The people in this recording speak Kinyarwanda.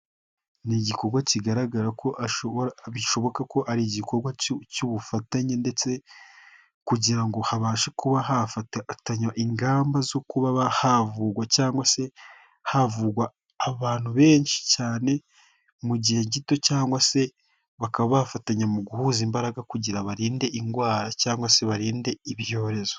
Ni igikorwa kigaragara ko bishoboka ko ari igikorwa cy'ubufatanye ndetse kugira ngo habashe kuba hafatanywa ingamba zo kuba havugwa cyangwa se havugwa abantu benshi cyane mu gihe gito. Cyangwa se bakaba bafatanya mu guhuza imbaraga kugira barinde indwara cyangwa se barinde ibyorezo.